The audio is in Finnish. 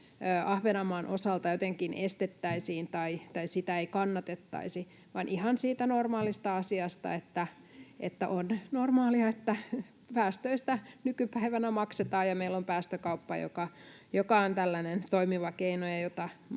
Ahvenanmaan osalta jotenkin estettäisiin tai sitä ei kannatettaisi, vaan ihan siitä normaalista asiasta, että on normaalia, että päästöistä nykypäivänä maksetaan ja meillä on päästökauppa, joka on tällainen toimiva keino ja jota